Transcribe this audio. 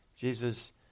Jesus